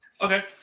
Okay